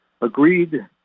agreed